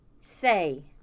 say